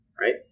Right